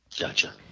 Gotcha